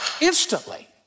instantly